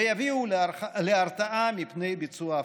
ויביאו להרתעה מביצוע הפרות.